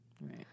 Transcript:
Right